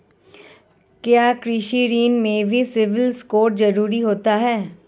क्या कृषि ऋण में भी सिबिल स्कोर जरूरी होता है?